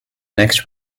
next